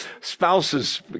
spouses